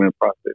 process